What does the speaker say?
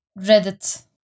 Reddit